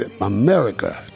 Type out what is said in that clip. America